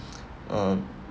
uh